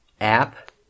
app